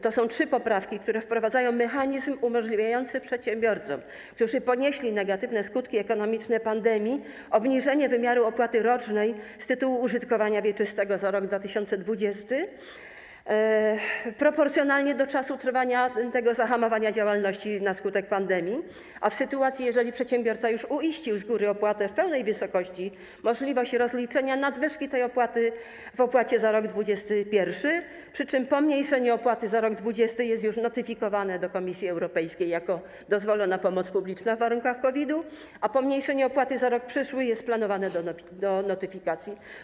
To są trzy poprawki, które wprowadzają mechanizm umożliwiający przedsiębiorcom, którzy ponieśli negatywne skutki ekonomiczne pandemii, obniżenie wymiaru opłaty rocznej z tytułu użytkowania wieczystego za rok 2020 proporcjonalnie do czasu trwania tego zahamowania działalności na skutek pandemii, a w sytuacji gdy przedsiębiorca już uiścił z góry opłatę w pełnej wysokości, możliwość rozliczenia nadwyżki tej opłaty w opłacie za rok 2021, przy czym pomniejszenie opłaty za rok 2020 jest już notyfikowane do Komisji Europejskiej jako dozwolona pomoc publiczna w warunkach COVID-u, a pomniejszenie opłaty za rok przyszły jest planowane do notyfikacji.